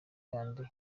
y’andi